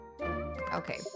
Okay